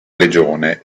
legione